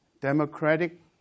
democratic